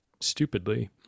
stupidly